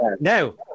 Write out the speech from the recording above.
No